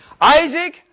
Isaac